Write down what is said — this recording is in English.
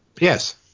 Yes